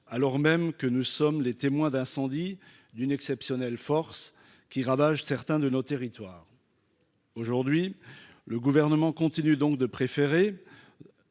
alors même que nous sommes les témoins d'incendie d'une exceptionnelle force qui ravage certains de nos territoires. Aujourd'hui, le gouvernement continue donc de préférer